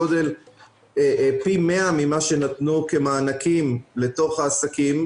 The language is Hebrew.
פי 100 ממה שנתנו כמענקים לתוך העסקים,